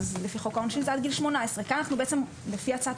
לפי חוק העונשין זה עד גיל 18. לפי הצעת